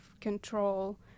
control